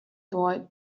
boy